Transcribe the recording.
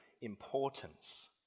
importance